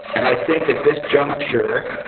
and i think at this juncture,